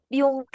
yung